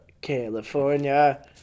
California